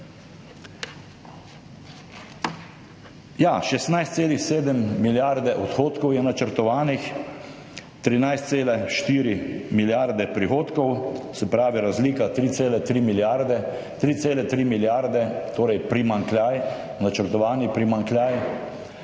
16,7 milijarde odhodkov je načrtovanih, 13,4 milijarde prihodkov, se pravi razlika 3,3 milijarde, 3,3 milijarde torej primanjkljaj, načrtovani primanjkljaj.